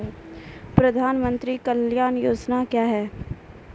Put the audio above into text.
प्रधानमंत्री कल्याण योजना क्या हैं?